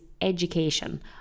education